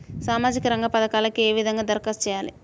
సామాజిక రంగ పథకాలకీ ఏ విధంగా ధరఖాస్తు చేయాలి?